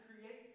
create